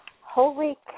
Holy